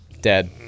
Dead